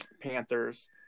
Panthers